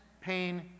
pain